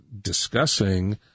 discussing